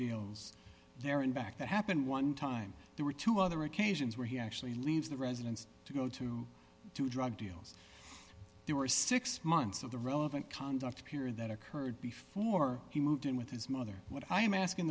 deals there and back that happened one time there were two other occasions where he actually leaves the residence to go to drug deals there were six months of the relevant conduct period that occurred before he moved in with his mother what i am asking